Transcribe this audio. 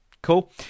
Cool